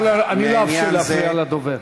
אני לא ארשה להפריע לדובר.